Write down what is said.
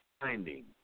Finding